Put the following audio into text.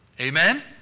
Amen